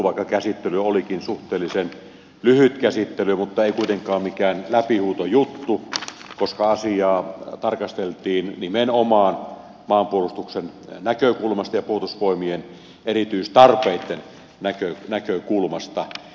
vaikka käsittely olikin suhteellisen lyhyt käsittely se ei ollut kuitenkaan mikään läpihuutojuttu koska asiaa tarkasteltiin nimenomaan maanpuolustuksen näkökulmasta ja puolustusvoimien erityistarpeitten näkökulmasta